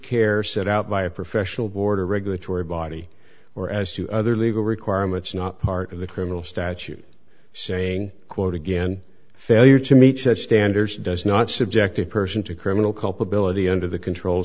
care set out by a professional board or regulatory body or as to other legal requirements not part of the criminal statute saying quote again failure to meet such standards does not subjected person to criminal culpability under the control